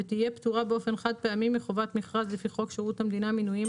ותהיה פטורה באופן חד פעמי מחובת מכרז לפי חוק שירות המדינה (מינויים),